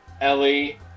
Ellie